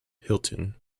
hilton